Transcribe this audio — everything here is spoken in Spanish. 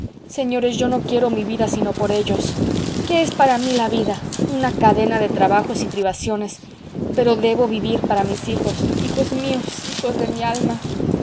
señores yo no quiero mi vida sino por ellos qué es para mí la vida una cadena de trabajos y privaciones pero debo vivir para mis hijos hijos míos hijos de mi alma